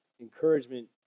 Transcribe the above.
encouragement